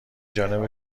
جانب